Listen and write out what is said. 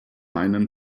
einen